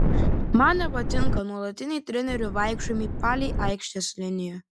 man nepatinka nuolatiniai trenerių vaikščiojimai palei aikštės liniją